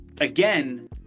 again